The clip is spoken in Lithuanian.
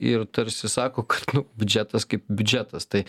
ir tarsi sako kad nu biudžetas kaip biudžetas tai